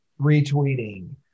retweeting